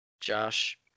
Josh